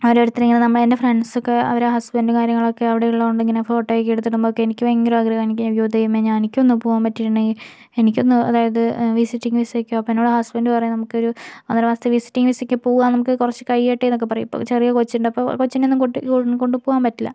ഓരോരുത്തരും ഇങ്ങനെ നമ്മൾ എൻ്റെ ഫ്രണ്ട്സൊക്കെ അവരെ ഹസ്ബൻ്റ് കാര്യങ്ങളൊക്കെ അവിടെയുള്ളതുകൊണ്ട് ഇങ്ങനെ ഫോട്ടോയൊക്കെ എടുത്തിടുമ്പോഴൊക്കെ എനിക്ക് ഭയങ്കര ആഗ്രഹമാണ് എനിക്ക് അയ്യോ ദൈവമേ ഞാൻ എനിക്കൊന്നു പോകാൻ പറ്റണേ എനിക്കൊന്ന് അതായത് വിസിറ്റിംഗ് വിസയ്ക്കോ അപ്പോൾ എന്നോട് ഹസ്ബൻ്റ് പറയാണ് നമുക്കൊരു ഒന്നര മാസത്തെ വിസിറ്റിംഗ് വിസയ്ക്ക് പോകാം നമുക്ക് കുറച്ച് കഴിയട്ടേന്നൊക്കെ പറയും ഇപ്പോൾ ചെറിയ കൊച്ചുണ്ടപ്പോൾ കൊച്ചിനെയൊന്നും കൊണ്ട് കൊണ്ടു പോകാൻ പറ്റില്ല